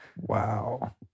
Wow